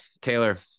Taylor